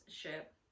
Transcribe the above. ship